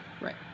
Right